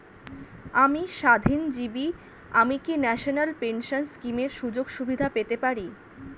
আমি স্বাধীনজীবী আমি কি ন্যাশনাল পেনশন স্কিমের সুযোগ সুবিধা পেতে পারি?